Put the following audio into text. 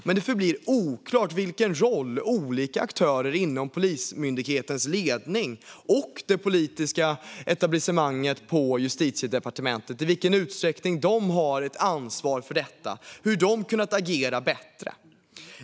Men det förblir oklart i vilken utsträckning olika aktörer inom Polismyndighetens ledning och det politiska etablissemanget på Justitiedepartementet har ett ansvar för detta och hur de kunnat agera bättre.